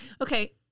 Okay